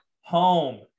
home